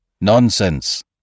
Nonsense